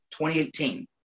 2018